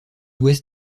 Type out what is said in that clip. ouest